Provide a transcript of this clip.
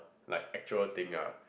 like actual thing ah